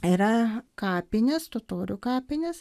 yra kapinės totorių kapinės